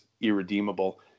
irredeemable